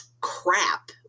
crap